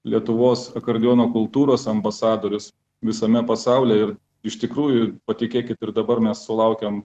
lietuvos akordeono kultūros ambasadorius visame pasaulyje ir iš tikrųjų patikėkit ir dabar mes sulaukiam